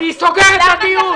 אני סוגר את הדיון.